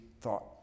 thought